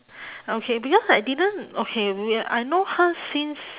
okay because I didn't okay we I know her since